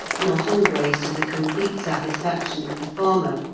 not always to the complete satisfaction of the farmer,